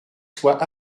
soient